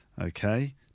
Okay